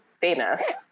famous